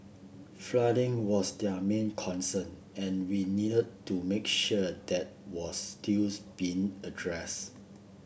flooding was their main concern and we needed to make sure that was stills being addressed